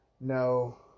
no